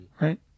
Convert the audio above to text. right